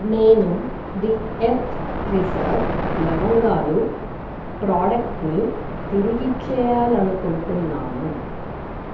నేను the Earth Reserve లవంగాలు ప్రాడక్టుని తిరిగి ఇచ్చేయాలి అనుకుంటున్నాను